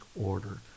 order